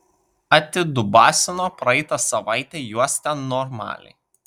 atidubasino praeitą savaitę juos ten normaliai